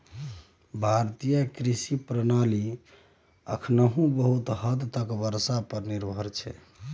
भारतीय कृषि प्रणाली एखनहुँ बहुत हद तक बर्षा पर निर्भर छै